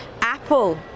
Apple